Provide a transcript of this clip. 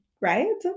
right